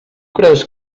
creus